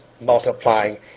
multiplying